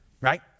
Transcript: Right